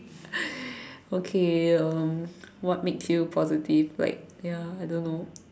okay um what makes you positive like ya I don't know